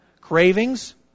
cravings